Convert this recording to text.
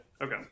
Okay